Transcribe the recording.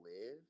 live